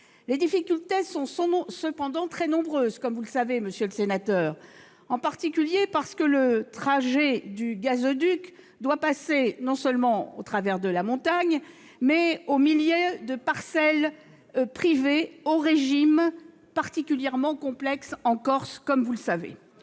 Les difficultés sont cependant très nombreuses, comme vous le savez, monsieur le sénateur, en particulier parce que le trajet du gazoduc doit passer non seulement au travers de la montagne, mais aussi au milieu de parcelles privées, dont le régime juridique est particulièrement complexe ... Le ministre